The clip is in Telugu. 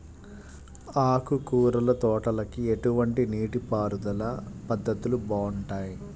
ఆకుకూరల తోటలకి ఎటువంటి నీటిపారుదల పద్ధతులు బాగుంటాయ్?